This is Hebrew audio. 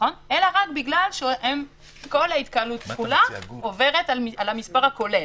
אלא רק בגלל שכל ההתקהלות כולה עוברת על המספר הכולל.